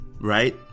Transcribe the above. right